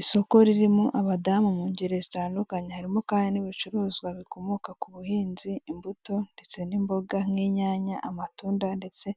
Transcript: Isoko ririmo abadamu mu ngeri zitandukanye harimo kandi n'ibicuruzwa bikomoka ku buhinzi imbuto ndetse n'imboga nk'inyanya, amatunda, ndetse